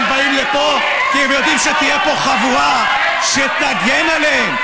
הם באים לפה כי הם יודעים שתהיה פה חבורה שתגן עליהם,